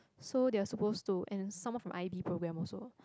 so they're are supposed to and sum up from I_D program also